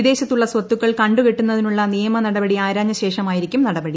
വദേശത്തുള്ള സ്വത്തുക്കൾ കണ്ടുകെട്ടുന്നതിനുള്ള നിയമ നടപടി ആരാഞ്ഞശേഷമായിരിക്കും നട്പടി